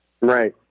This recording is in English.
Right